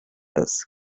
als